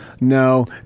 no